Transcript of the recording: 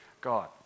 God